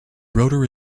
rotor